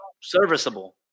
serviceable